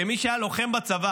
כמי שהיה לוחם בצבא